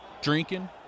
drinking